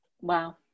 wow